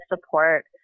support